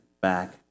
back